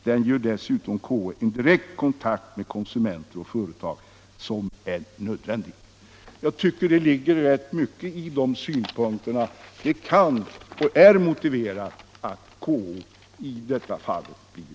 Den ger dessutom KO en direkt kontakt med konsumenter och företag, som är nödvändig —---.” Det ligger rätt mycket i dessa synpunkter och det är motiverat att KO i detta fall blir verkschef.